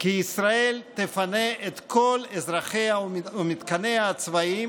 כי ישראל תפנה את כל אזרחיה ומתקניה הצבאיים